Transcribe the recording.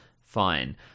fine